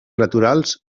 naturals